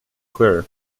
clare